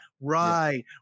right